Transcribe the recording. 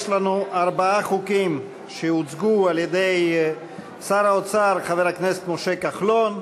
יש לנו ארבעה חוקים שהוצגו על-ידי שר האוצר חבר הכנסת משה כחלון.